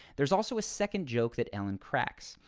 there's also a second joke that ellen cracks.